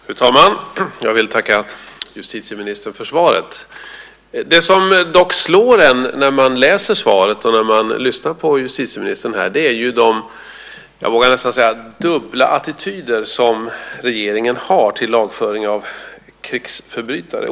Fru talman! Jag vill tacka justitieministern för svaret. Det som dock slår en när man läser svaret och när man lyssnar på justitieministern här är de, vågar jag nästan säga, dubbla attityder som regeringen har till lagföring av krigsförbrytare.